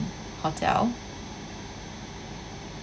hotel